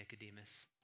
Nicodemus